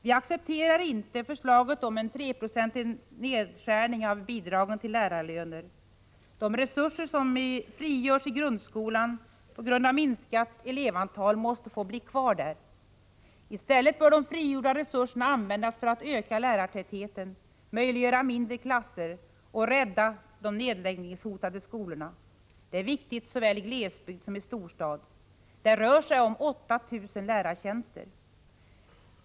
Vi accepterar inte förslaget om en 3-procentig nedskärning av bidragen till lärarlöner. De resurser som frigörs i grundskolan på grund av minskat elevtal måste få bli kvar där. I stället bör de frigjorda resurserna användas för att öka lärartätheten, möjliggöra mindre klasser och rädda de nedläggningshotade skolorna. Det är viktigt i såväl glesbygder som storstäder. Det rör sig om 8 000 lärartjänster.